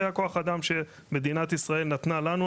זה הכוח שמדינת ישראל נתנה לנו,